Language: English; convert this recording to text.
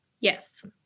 Yes